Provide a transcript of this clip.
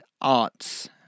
arts